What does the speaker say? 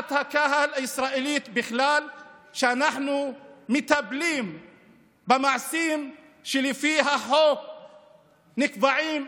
לדעת הקהל הישראלית בכלל שאנחנו מטפלים במעשים שלפי החוק נקבעים,